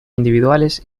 individuales